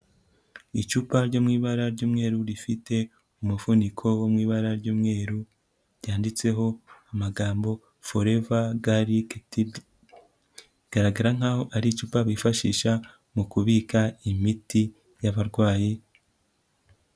Icupa ryo mu ibara ry'umweru rifite umufuniko wo mu ibara ry'umweru ryanditseho amagambo forevara garike tike igaragara nkaho ari icupa bifashisha mu kubika imiti y'abarwayi.